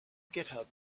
github